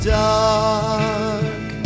dark